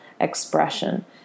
expression